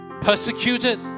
persecuted